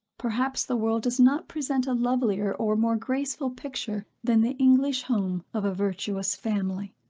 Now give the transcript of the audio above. perhaps the world does not present a lovelier or more graceful picture than the english home of a virtuous family.